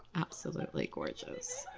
absolutely gorgeous.